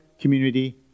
community